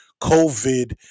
covid